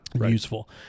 Useful